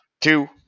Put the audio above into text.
Two